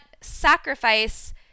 sacrifice